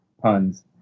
puns